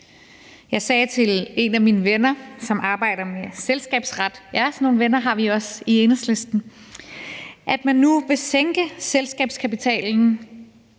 Jeg sagde til en af mine venner, som arbejder med selskabsret – ja, sådan nogle venner